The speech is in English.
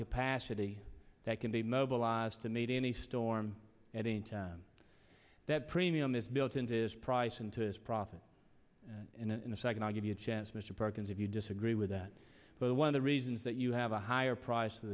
capacity that can be mobilized to meet any storm at any time that premium is built in this price and to his profit in a second i'll give you a chance mr perkins if you disagree with that but one of the reasons that you have a higher price of